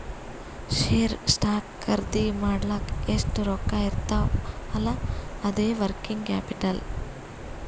share, stock ಖರ್ದಿ ಮಾಡ್ಲಕ್ ಎಷ್ಟ ರೊಕ್ಕಾ ಇರ್ತಾವ್ ಅಲ್ಲಾ ಅದೇ ವರ್ಕಿಂಗ್ ಕ್ಯಾಪಿಟಲ್